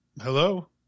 Hello